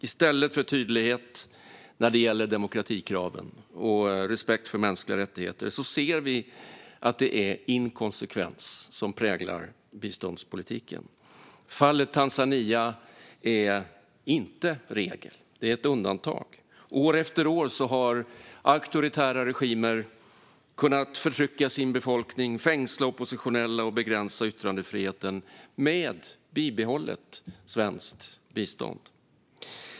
I stället för tydlighet när det gäller demokratikraven och respekten för mänskliga rättigheter ser vi att det är inkonsekvens som präglar biståndspolitiken. Fallet Tanzania är inte regel; det är ett undantag. År efter år har auktoritära regimer kunnat förtrycka sin befolkning, fängsla oppositionella och begränsa yttrandefriheten med bibehållet svenskt bistånd.